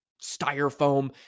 styrofoam